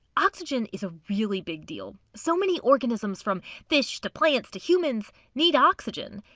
oxygen is a really big deal so many organisms from fish to plants to humans need oxygen.